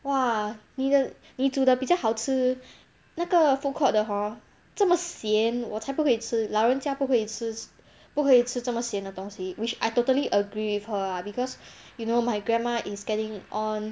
!wah! 你的你煮的比较好吃那个 food court 的 hor 这么咸我才不会吃老人家不会吃不会吃这么咸的东西 which I totally agree with her ah because you know my grandma is getting on